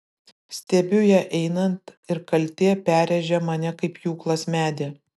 stebiu ją einant ir kaltė perrėžia mane kaip pjūklas medį